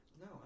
No